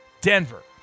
Denver